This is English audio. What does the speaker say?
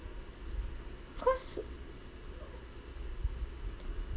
cause